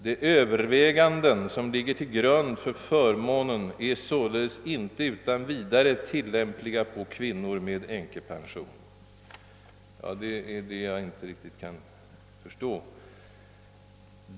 »De överväganden som ligger till grund för förmånen är således inte utan vidare tillämpliga på kvinnor med änkepension», heter det bl.a. Det är detta jag inte riktigt kan förstå.